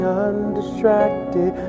undistracted